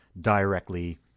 directly